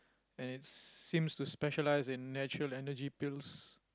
and it seems to specialise in natural Energy Pills